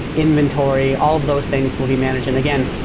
inventors, all those things will be managed. and again,